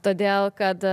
todėl kad